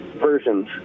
versions